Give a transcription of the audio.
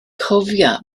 cofia